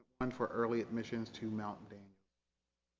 one for early admissions to mount daniel